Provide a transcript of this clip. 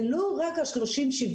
זה לא רק ה-30-70,